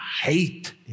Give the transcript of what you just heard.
hate